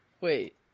Wait